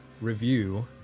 review